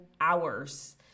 hours